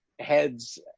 heads